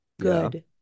good